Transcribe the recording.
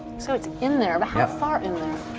so, it's in there, but how far in there?